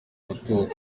mutuzo